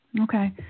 Okay